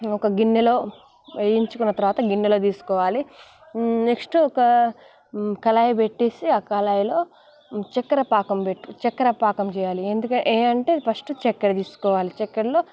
ఒక గిన్నెలో వేయించుకున్న తరువాత గిన్నెలో తీసుకోవాలి నెక్స్ట్ ఒక కళాయి పెట్టేసి ఆ కళాయిలో చక్కెర పాకం పెట్టి చక్కెర పాకం చేయాలి ఎందుకు ఏమంటే ఫస్ట్ చక్కెర తీసుకోవాలి చక్కెరలో